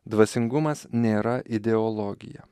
dvasingumas nėra ideologija